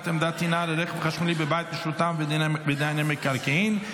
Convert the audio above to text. עמדת טעינה לרכב חשמלי בבית משותף ודייני מקרקעין),